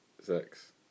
sex